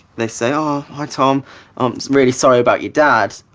they say, oh, hi, tom. i'm really sorry about your dad